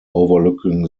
overlooking